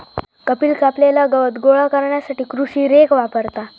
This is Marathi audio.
कपिल कापलेला गवत गोळा करण्यासाठी कृषी रेक वापरता